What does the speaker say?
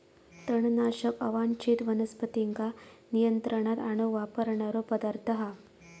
तणनाशक अवांच्छित वनस्पतींका नियंत्रणात आणूक वापरणारो पदार्थ हा